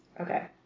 okay